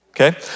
Okay